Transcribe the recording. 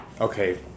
Okay